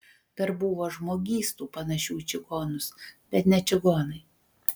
dar buvo žmogystų panašių į čigonus bet ne čigonai